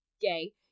Gay